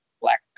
Black